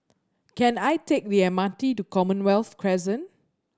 can I take the M R T to Commonwealth Crescent